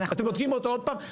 אז אתם בודקים אותו עוד פעם?